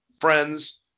friends